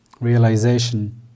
realization